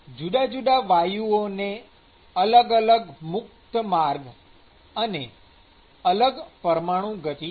જુદા જુદા વાયુઓને અલગ સરેરાશ મુક્ત માર્ગ અને અલગ પરમાણુગતિ હશે